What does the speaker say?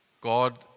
God